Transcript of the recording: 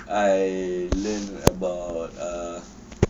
I learnt about err